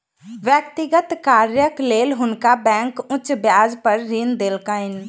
व्यक्तिगत कार्यक लेल हुनका बैंक उच्च ब्याज पर ऋण देलकैन